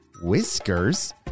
Whiskers